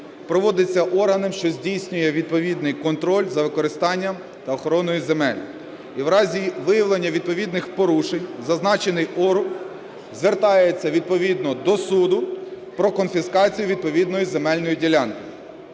проводиться органом, що здійснює відповідний контроль за використанням та охороною земель. І в разі виявлення відповідних порушень зазначений орган звертається відповідно до суду про конфіскацію відповідної земельної ділянки.